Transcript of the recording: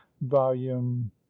Volume